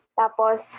tapos